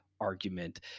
argument